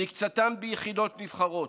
מקצתם ביחידות נבחרות.